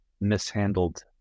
mishandled